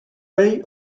way